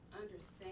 understand